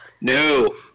No